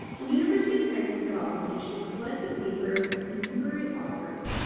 the university of texas at austin should collect the papers of contemporary authors.